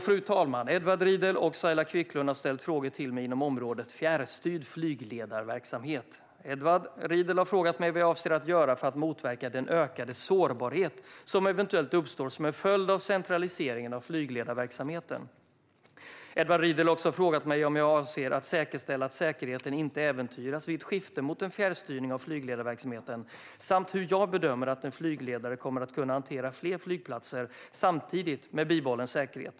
Fru talman! Edward Riedl och Saila Quicklund har ställt frågor till mig inom området fjärrstyrd flygledarverksamhet. Edward Riedl har frågat mig vad jag avser att göra för att motverka den ökade sårbarhet som eventuellt uppstår som en följd av centraliseringen av flygledarverksamheten. Edward Riedl har också frågat mig hur jag avser att säkerställa att säkerheten inte äventyras vid ett skifte mot en fjärrstyrning av flygledarverksamheten samt hur jag bedömer att en flygledare kommer att kunna hantera fler flygplatser samtidigt med bibehållen säkerhet.